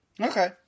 okay